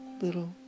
little